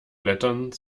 blätternd